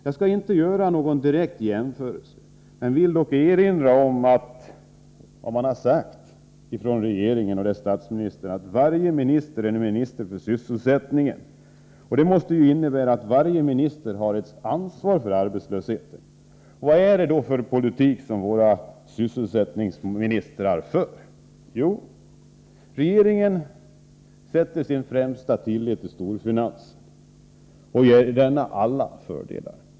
Jag skall inte göra någon direkt jämförelse men vill dock erinra om vad regeringen och statsministern har sagt, nämligen att varje minister är en minister för sysselsättningen. Det måste innebära att varje minister har ett ansvar för rådande arbetslöshet. Vad är det då för politik som våra sysselsättningsministrar för? Jo, regeringen sätter sin främsta tillit till storfinansen och ger denna alla fördelar.